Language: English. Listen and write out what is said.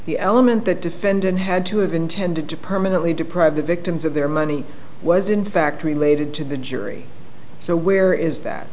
the element the defendant had to have intended to permanently deprive the victims of their money was in fact related to the jury so where is that